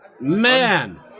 Man